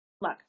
look